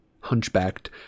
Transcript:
hunchbacked